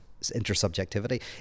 intersubjectivity